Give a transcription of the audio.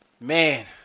Man